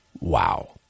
Wow